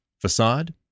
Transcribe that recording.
facade